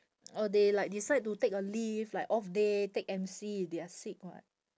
or they like decide to take a leave like off day take M_C they are sick [what]